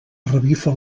revifa